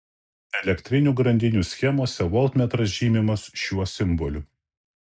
elektrinių grandinių schemose voltmetras žymimas šiuo simboliu